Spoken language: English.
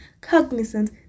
cognizant